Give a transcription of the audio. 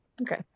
okay